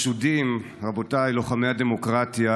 חשודים, רבותיי לוחמי הדמוקרטיה,